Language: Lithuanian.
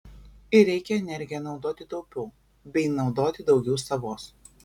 ir reikia energiją naudoti taupiau bei naudoti daugiau savos